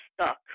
stuck